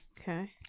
Okay